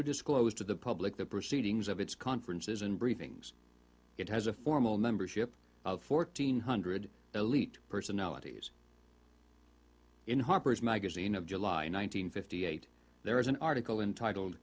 to disclose to the public the proceedings of its conferences and briefings it has a formal membership of fourteen hundred elite personalities in harper's magazine of july nine hundred fifty eight there is an article entitled